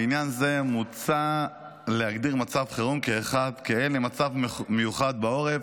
לעניין זה מוצע להגדיר מצב חירום כאחד מאלה: מצב מיוחד בעורף,